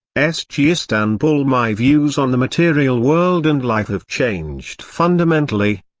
s g. istanbul my views on the material world and life have changed fundamentally.